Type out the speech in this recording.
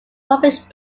published